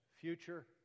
Future